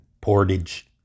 Portage